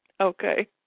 Okay